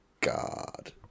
God